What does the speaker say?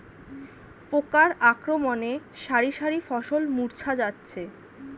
পোকার আক্রমণে শারি শারি ফসল মূর্ছা যাচ্ছে